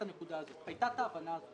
הייתה ההבנה הזאת